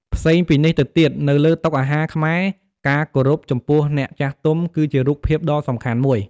ផ្សេងពីនេះទៅទៀត នៅលើតុអាហារខ្មែរ ការគោរពចំពោះអ្នកចាស់ទុំ គឺជារូបភាពដ៏សំខាន់មួយ។